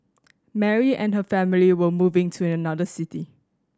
Mary and her family were moving to another city